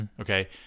Okay